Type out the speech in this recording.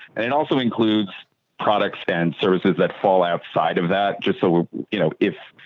and it also includes products and services that fall outside of that, just so you know, if.